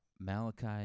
Malachi